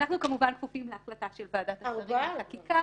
אנחנו כפופים להחלטה של ועדת השרים לחקיקה